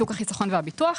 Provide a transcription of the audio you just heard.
שוק החיסכון והביטוח.